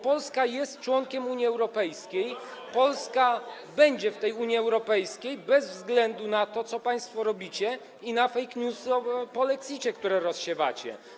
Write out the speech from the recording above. Polska jest członkiem Unii Europejskiej, Polska będzie w Unii Europejskiej bez względu na to, co państwo robicie, i na fake newsy o polexicie, które rozsiewacie.